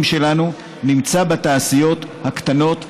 שלנו נמצא בתעשיות הקטנות והבינוניות.